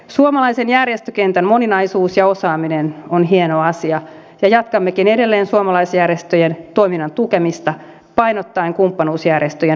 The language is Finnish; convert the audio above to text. suomalaisen järjestökentän moninaisuus ja osaaminen on hieno asia ja jatkammekin edelleen suomalaisjärjestöjen toiminnan tukemista painottaen kumppanuusjärjestöjen monivuotisia ohjelmia